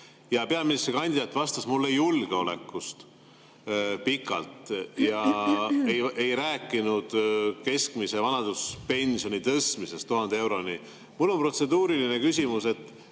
Peaministrikandidaat vastas mulle pikalt julgeolekust ja ei rääkinud keskmise vanaduspensioni tõstmisest 1000 euroni. Mul on protseduuriline küsimus. Te